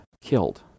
killed